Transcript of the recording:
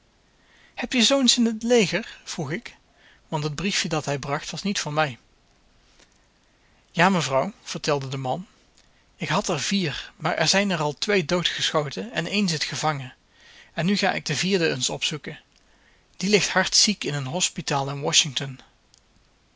heb je zoons in t leger vroeg ik want het briefje dat hij bracht was niet voor mij ja mevrouw vertelde de man ik had er vier maar er zijn er al twee doodgeschoten en één zit gevangen en nu ga ik den vierden eens opzoeken die ligt hard ziek in een hospitaal in washington